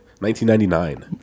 1999